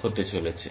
হতে চলেছে